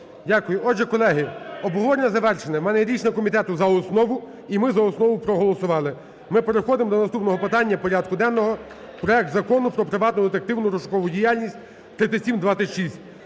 Дякую. Отже, колеги, обговорення завершене. У мене є рішення комітету: за основу – і ми за основу проголосували. Ми переходимо до наступного питання порядку денного. Проект Закону про приватну детективну (розшукову) діяльність (3726).